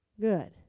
good